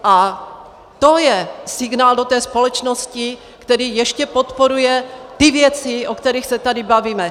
A to je signál do té společnosti, který ještě podporuje ty věci, o kterých se tady bavíme.